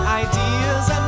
ideas